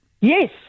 Yes